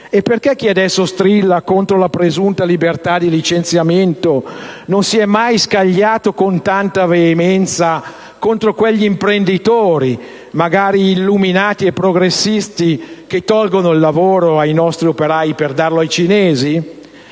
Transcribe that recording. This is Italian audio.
Perché chi adesso strilla contro la presunta libertà di licenziamento non si è mai scagliato con tanta veemenza contro quegli imprenditori, magari illuminati e progressisti, che tolgono il lavoro ai nostri operai per darlo ai cinesi?